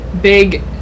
big